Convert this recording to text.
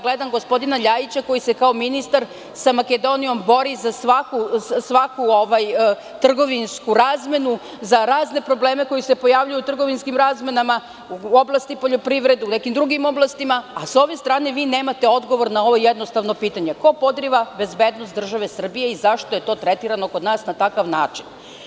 Gledam gospodina Ljajića koji se kao ministar sa Makedonijom bori za svaku trgovinsku razmenu, za razne probleme koji se pojavljuju u trgovinskim razmenama u oblasti poljoprivrede, u nekim drugim oblastima, a sa ove strane vi nemate odgovor na ovo jednostavno pitanje, ko podriva bezbednost države Srbije i zašto je to tretirano tako kod nas na takav način.